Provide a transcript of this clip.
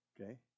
Okay